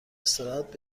استراحت